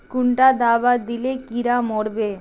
कुंडा दाबा दिले कीड़ा मोर बे?